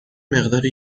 مقداری